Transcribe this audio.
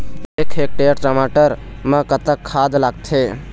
एक हेक्टेयर टमाटर म कतक खाद लागथे?